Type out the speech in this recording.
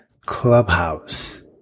clubhouse